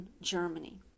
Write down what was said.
Germany